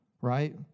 right